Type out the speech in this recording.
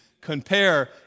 compare